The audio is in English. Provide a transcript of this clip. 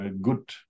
good